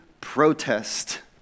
protest